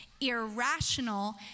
irrational